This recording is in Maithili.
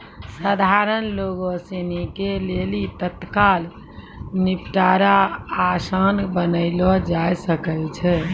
सधारण लोगो सिनी के लेली तत्काल निपटारा असान बनैलो जाय सकै छै